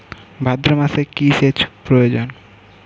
ভাদ্রমাসে কি সেচ প্রয়োজন?